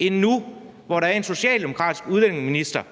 end nu, hvor der er en socialdemokratisk udlændingeminister.